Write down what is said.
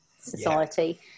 society